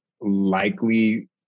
likely